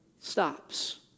stops